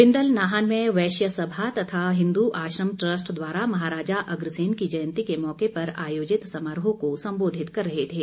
बिंदल नाहन में वैश्य सभा तथा हिंदू आश्रम ट्रस्ट द्वारा महाराजा अग्रसेन की जयंती के मौके पर आयोजित समारोह को संबोधित कर रहे थे